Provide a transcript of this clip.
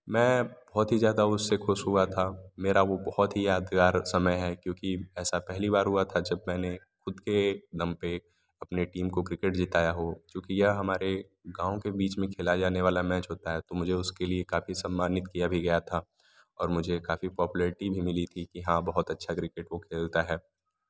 मैं बहुत ही ज़्यादा उससे खुश हुआ था मेरा वह बहुत ही यादगार समय है क्योंकि ऐसा पहली बार हुआ था जब मैंने ख़ुद के दम पर अपने टीम को क्रिकेट जिताया हो चूँकि यह हमारे गाँव के बीच खेले जाना वाला मैच होता है तो मुझे उसके लिए काफ़ी सम्मानित किया भी गया था और मुझे काफ़ी पॉपुलैरिटी भी मिली थी कि हाँ बहुत अच्छा क्रिकेट वह खेलता है